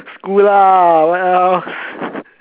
school lah what else